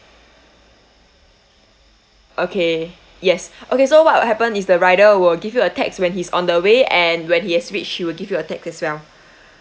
okay yes okay so what will happen is the rider will give you a text when he's on the way and when he has reached he will give you a text as well